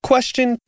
Question